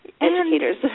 educators